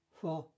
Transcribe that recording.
four